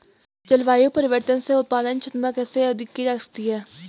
जलवायु परिवर्तन से उत्पादन क्षमता कैसे अधिक की जा सकती है?